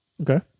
Okay